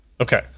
okay